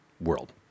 world